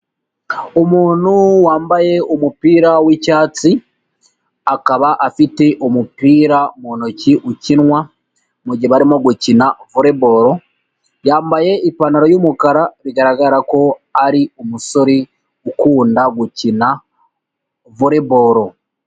Umuntu wambaye umupira w'icyatsi, akaba afite umupira mu ntoki ukinwa mu gihe barimo gukina volley ball, yambaye ipantaro y'umukara, bigaragara ko ari umusore ukunda gukina volley ball.